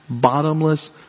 bottomless